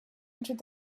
entered